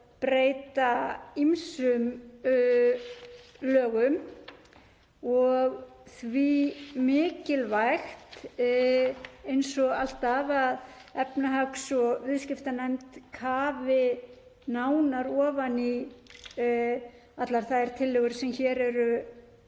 breyta ýmsum lögum. Því er mikilvægt eins og alltaf að efnahags- og viðskiptanefnd kafi nánar ofan í allar þær tillögur sem hér eru